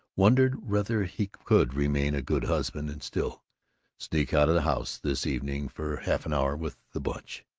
wondered whether he could remain a good husband and still sneak out of the house this evening for half an hour with the bunch.